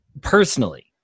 personally